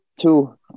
Two